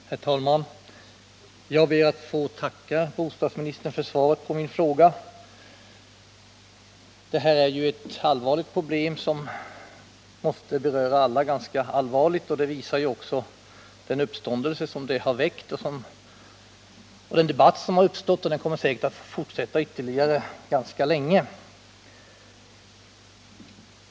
Herr talman! Jag ber att få tacka bostadsministern för svaret på min fråga. Det här är ett allvarligt problem som måste beröra alla ganska illa, och det visar även den uppståndelse som beskedet väckt och den debatt som tagit fart och som säkert kommer att fortsätta ganska länge till.